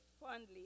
fondly